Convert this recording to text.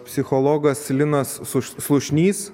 psichologas linas sus slušnys